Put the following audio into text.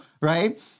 right